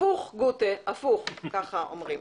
הפוך, גוטה, הפוך ככה אומרים.